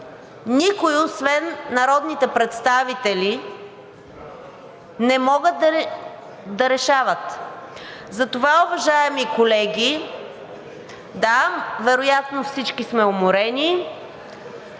никой освен народните представители не могат да решават? Затова, уважаеми колеги, да, вероятно всички сме уморени,